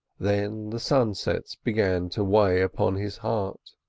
then the sunsets began to weigh upon his heart,